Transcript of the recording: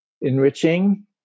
enriching